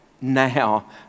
now